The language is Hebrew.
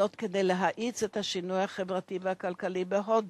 כדי להאיץ את השינוי החברתי והכלכלי בהודו.